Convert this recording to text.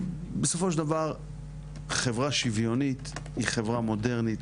בסופו של דבר חברה שוויונית היא חברה מודרנית,